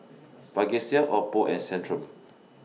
Vagisil Oppo and Centrum